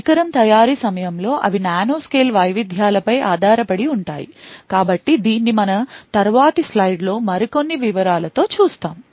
పరికరం తయారీ సమయంలో అవి నానోస్కేల్ వైవిధ్యాలపై ఆధారపడి ఉంటాయి కాబట్టి దీన్ని మన తరువాతి స్లైడ్లో మరికొన్ని వివరాలతో చూస్తాము